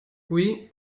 qui